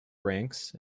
ranks